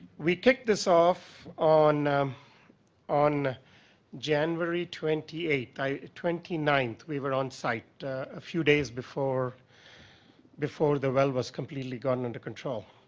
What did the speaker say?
we kicked this off on um on january twenty eight or twenty ninth, we were on site few days before before the well was completely gone under control.